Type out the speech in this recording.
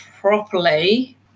properly